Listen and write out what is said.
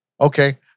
okay